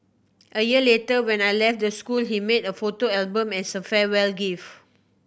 a year later when I left the school he made a photo album as a farewell gift